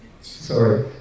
sorry